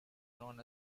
known